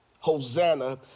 Hosanna